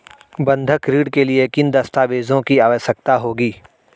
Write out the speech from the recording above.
बंधक ऋण के लिए किन दस्तावेज़ों की आवश्यकता होगी?